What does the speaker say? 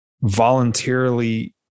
voluntarily